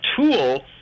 tool